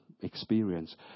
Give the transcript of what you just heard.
experience